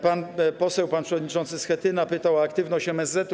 Pan poseł, pan przewodniczący Schetyna pytał o aktywność MSZ.